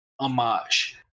homage